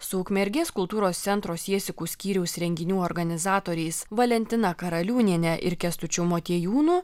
su ukmergės kultūros centro siesikų skyriaus renginių organizatoriais valentina karaliūniene ir kęstučiu motiejūnu